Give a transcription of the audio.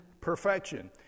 perfection